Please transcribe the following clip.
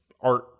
art